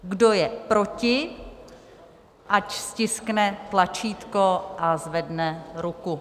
Kdo je proti, ať stiskne tlačítko a zvedne ruku.